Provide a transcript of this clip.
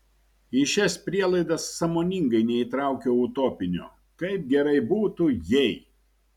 į šias prielaidas sąmoningai neįtraukiau utopinio kaip gerai būtų jei